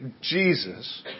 Jesus